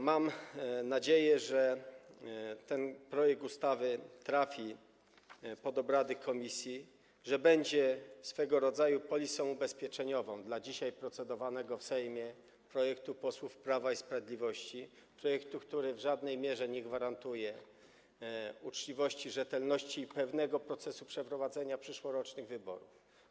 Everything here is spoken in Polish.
Mam nadzieję, że ten projekt ustawy trafi pod obrady komisji, że będzie swego rodzaju polisą ubezpieczeniową dla dzisiaj procedowanego w Sejmie projektu posłów Prawa i Sprawiedliwości, projektu, który w żadnej mierze nie gwarantuje uczciwości, rzetelności i pewnego procesu przeprowadzenia przyszłorocznych wyborów.